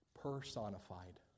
personified